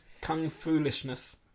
kung-foolishness